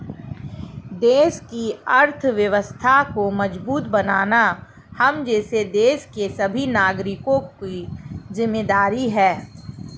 देश की अर्थव्यवस्था को मजबूत बनाना हम जैसे देश के सभी नागरिकों की जिम्मेदारी है